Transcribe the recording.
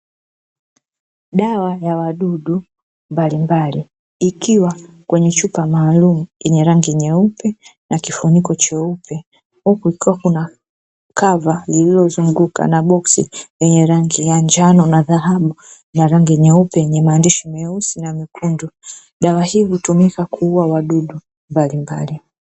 Dawa ya wadudu mbalimbali ikiwa kwenye chupa maalumu yenye rangi nyeupe kifuniko cheupe. Huku kukiwa kuna kava lililozunguka na boksi lenye rangi ya njano na dhahabu, na rangi nyeupe yenye maandishi meusi na mekundu. Dawa hii inatumika kuua wadudu mbalimbali.